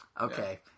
Okay